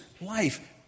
life